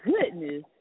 goodness